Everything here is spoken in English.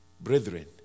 Brethren